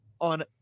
on